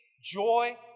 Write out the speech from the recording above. Joy